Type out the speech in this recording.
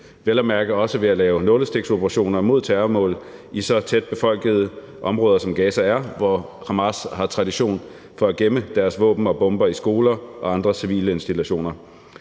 vel at mærke også ved at lave nålestiksoperationer mod terrormål i et så tæt befolket område, som Gaza er, hvor Hamas har tradition for at gemme deres våben og bomber i skoler og andre civile institutioner.